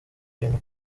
bintu